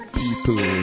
people